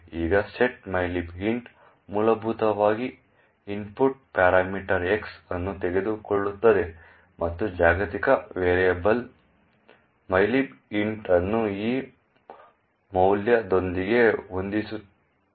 ಈಗ set mylib int ಮೂಲಭೂತವಾಗಿ input parameter X ಅನ್ನು ತೆಗೆದುಕೊಳ್ಳುತ್ತದೆ ಮತ್ತು ಜಾಗತಿಕ ವೇರಿಯಬಲ್ mylib int ಅನ್ನು ಆ ಮೌಲ್ಯದೊಂದಿಗೆ ಹೊಂದಿಸುತ್ತದೆ